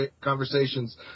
conversations